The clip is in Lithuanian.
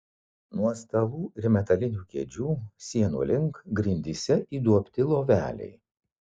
nuo stalų ir metalinių kėdžių sienų link grindyse įduobti loveliai